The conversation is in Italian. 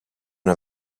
una